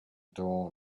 dawn